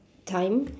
time